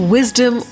Wisdom